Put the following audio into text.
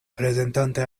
prezentante